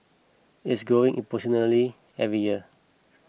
it's growing exponentially every year